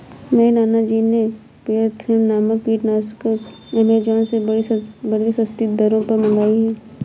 मेरे नाना जी ने पायरेथ्रम नामक कीटनाशक एमेजॉन से बड़ी सस्ती दरों पर मंगाई है